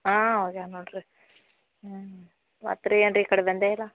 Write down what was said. ಹಾಂ ಹೋಗ್ಯಾರೆ ನೋಡಿರಿ ಹ್ಞೂ ಮತ್ತೆ ರೀ ಏನು ಈ ಕಡೆ ಬಂದೇ ಇಲ್ಲ